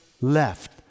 left